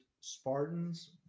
Spartans